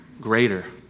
greater